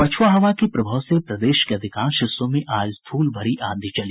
पछुआ हवा के प्रभाव से प्रदेश के अधिकांश हिस्सों में आज धूल भरी आंधी चली